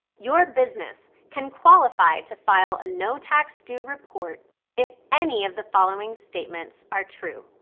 your business can qualify to file a no tax due report if any of the following statements are true.